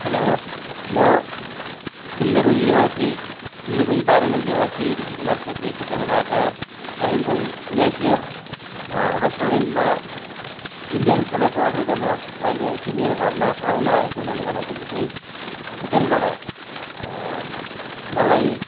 hello म सिन्देबुङ निवासी सिन्देबुङ बाह्र माइल निवासी ऋषिकुमार छेत्रीको तर्फबाट कालिम्पोङ मे फेयर रेस्टोरेन्टमा इन्डियन खानाको अर्डर गर्न लागिरहेछु मेरो घरमा पाहुना आएको हुनाले गर्दाखेरि चाहिँ होटलबाट मलाई